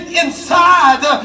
inside